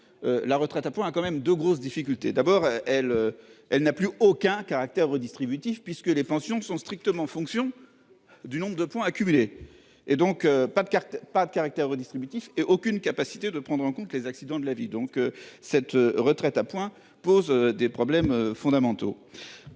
La retraite à points quand même de grosses difficultés, d'abord elle. Elle n'a plus aucun caractère redistributif puisque les pensions sont strictement fonction du nombre de points accumulés et donc pas de carte. Pas de caractère redistributif et aucune capacité de prendre en compte les accidents de la vie, donc cette retraite à points posent des problèmes fondamentaux.